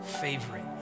favorite